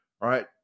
right